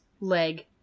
leg